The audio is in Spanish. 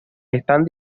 estaban